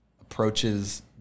approaches